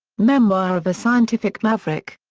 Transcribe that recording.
memoir of a scientific maverick.